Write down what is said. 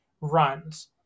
runs